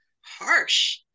harsh